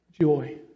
joy